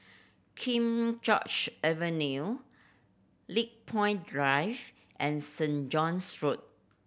King George Avenue Lakepoint Drive and Saint John's Road